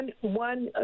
one